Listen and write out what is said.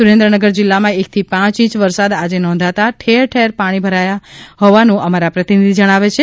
સુરેન્દ્રનગર જિલ્લામાં એક થી પાંચ ઇંચ વરસાદ આજે નોંધાતા ઠેર ઠેર પાણી ભરાઈ ગયા હોવાનુ અમારા પ્રતિનિધિ જણાવે છે